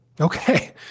Okay